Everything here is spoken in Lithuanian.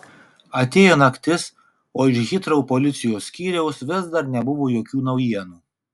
atėjo naktis o iš hitrou policijos skyriaus vis dar nebuvo jokių naujienų